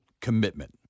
commitment